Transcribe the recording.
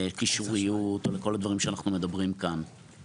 לקישוריות או לכל הדברים שאנחנו מדברים כאן.